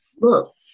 Look